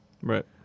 Right